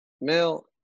male